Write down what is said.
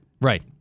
Right